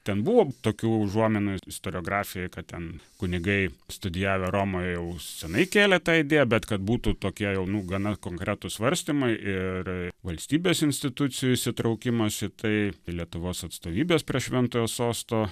ten buvo tokių užuominų istoriografijoj kad ten kunigai studijavę romoj jau senai kėlė tą idėją bet kad būtų tokie jau nu gana konkretūs svarstymai ir valstybės institucijų įsitraukimas į tai lietuvos atstovybės prie šventojo sosto